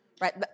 right